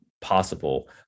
possible